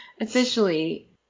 Officially